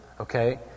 okay